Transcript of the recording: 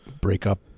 breakup